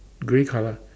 grey colour